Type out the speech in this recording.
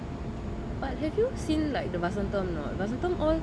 but have you seen like the vasantham or not the vasantham all